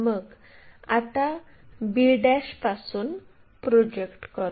मग आता b पासून प्रोजेक्ट करू